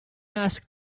asked